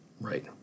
Right